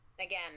again